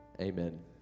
amen